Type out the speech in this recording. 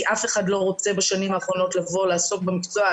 כי אף אחד לא רוצה בשנים האחרונות לבוא ולעסוק במקצוע.